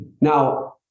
Now